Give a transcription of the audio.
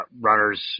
runners